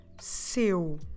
SEU